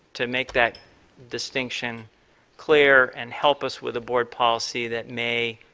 to make that distinction clear and help us with a board policy that may